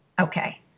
okay